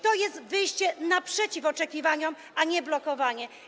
To jest wyjście naprzeciw oczekiwaniom, a nie blokowanie.